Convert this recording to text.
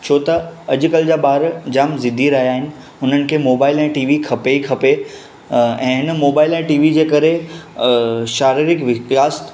छो त अॼुकल्ह जा ॿार जाम ज़िदी रहिया आहिनि उन्हनि खे मोबाइल ऐं टी वी खपे ई खपे ऐं हिन मोबाइल ऐं टी वी जे करे शारीरीक विकास